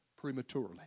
prematurely